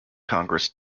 congress